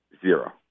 zero